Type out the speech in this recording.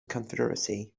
confederacy